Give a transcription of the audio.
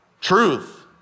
truth